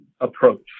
approach